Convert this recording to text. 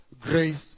grace